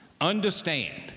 understand